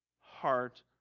heart